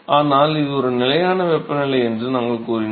ஆனால் இது ஒரு நிலையான வெப்பநிலை என்று நாங்கள் கூறினோம்